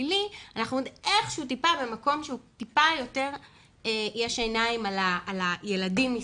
בפלילי אנחנו במקום שיש עוד טיפה עיניים על הילדים מסביב.